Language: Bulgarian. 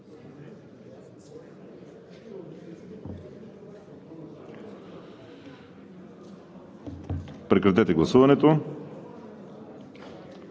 Прекратете гласуването,